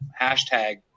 hashtag